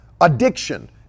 addiction